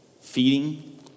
feeding